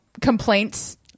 complaints